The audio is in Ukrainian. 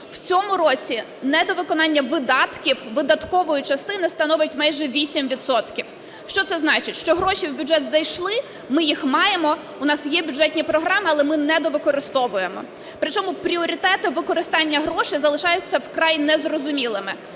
В цьому році недовиконання видатків, видаткової частини становить майже 8 відсотків. Що це значить? Що гроші в бюджет зайшли, ми їх маємо, у нас є бюджетні програми, але ми недовикористовуємо, при чому пріоритети використання грошей залишаються вкрай незрозумілими.